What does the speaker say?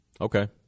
Okay